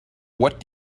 what